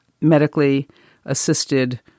medically-assisted